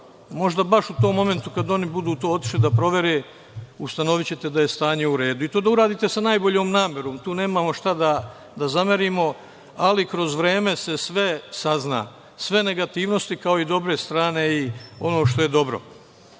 možda baš u tom momentu kad oni budu to otišli da provere, ustanovićete da je stanje u redu i to da uradite sa najboljom namerom, tu nemamo šta da zamerimo, ali kroz vreme se sve sazna, sve negativnosti, kao i dobre strane i ono što je dobro. Ovde